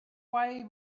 why